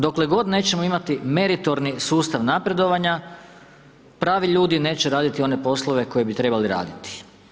Dokle god nećemo imati meritorni sustav napredovanja pravi ljudi neće raditi one raditi one poslove koje bi trebali raditi.